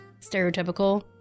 stereotypical